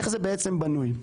איך זה בעצם בנוי.